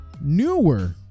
newer